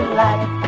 life